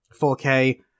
4K